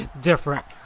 different